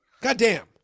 Goddamn